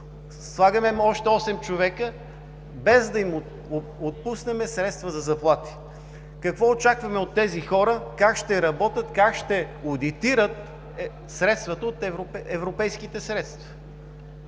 Слагаме му още осем човека, без да им отпуснем средства за заплати. Какво очакваме от тези хора? Как ще работят, как ще одитират европейските средства?